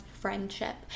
friendship